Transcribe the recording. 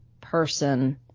person